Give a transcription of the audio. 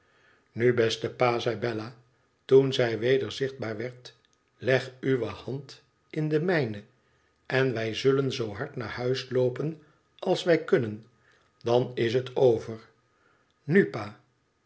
nu beste pa zei bella toen zij weder zichtbaar werd i leg uwe hand in de mijne en wij zullen zoo hard naar huis loopen als wij kunnen dan is het over nu pa